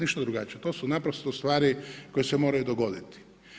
Ništa drugačije, to su naprosto stvari koje se moraju dogoditi.